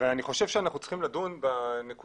אני חושב שאנחנו צריכים לדון בנקודה,